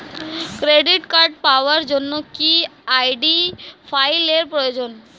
Credit card পাওয়ার জন্য কি আই.ডি ফাইল এর প্রয়োজন?